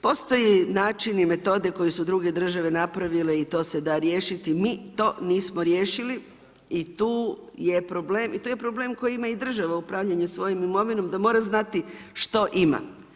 Postoje načini i metode koje su druge države napravile i to se da riješiti, mi to nismo riješili i tu je problem i tu je problem koji ima i država u upravljanju svojom imovinom, da mora znati što ima.